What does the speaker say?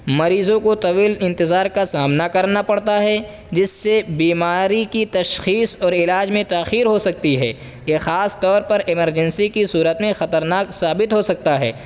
مریضوں کو طویل انتظار کا سامنا کرنا پڑتا ہے جس سے بیماری کی تشخیص اور علاج میں تاخیر ہو سکتی ہے یہ خاص طور پر ایمرجنسی کی صورت میں خطرناک ثابت ہو سکتا ہے